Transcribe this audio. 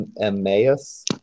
Emmaus